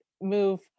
move